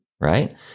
right